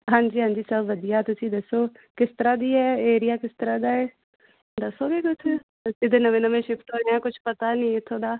ਹਾਂਜੀ ਹਾਂਜੀ ਸਭ ਵਧੀਆ ਤੁਸੀਂ ਦੱਸੋ ਕਿਸ ਤਰ੍ਹਾਂ ਦੀ ਹੈ ਏਰੀਆ ਕਿਸ ਤਰ੍ਹਾਂ ਦਾ ਹੈ ਦੱਸੋਂਗੇ ਕੁਛ ਇੱਧਰ ਨਵੇਂ ਨਵੇਂ ਸ਼ਿਫਟ ਹੋਏ ਹਾਂ ਕੁਛ ਪਤਾ ਨਹੀਂ ਇੱਥੋਂ ਦਾ